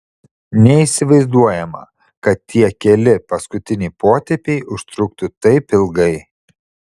neįsivaizduojama kad tie keli paskutiniai potėpiai užtruktų taip ilgai